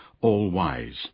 all-wise